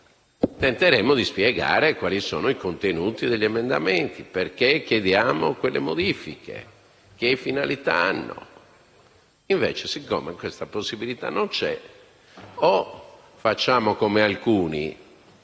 tenteremmo di spiegare quali sono i contenuti degli emendamenti, perché chiediamo quelle modifiche e che finalità esse hanno. Invece, siccome questa possibilità non c'è, o facciamo, come alcuni,